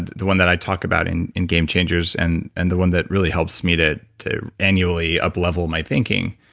the one that i talk about in in game changers, and and the one that really helps me to to annually up-level my thinking.